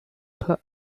plug